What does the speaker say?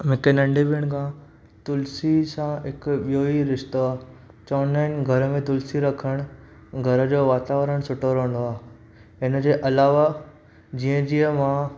मुूंखे नंढपिण खां तुलसी सां हिकु ॿियो ई रिश्तो आहे चवन्दा आहिनि घरु में तुलसी रखिण घरु जो वातावरणु सुठो रहन्दो आहे हिनजे अलावा जीअं जीअं मां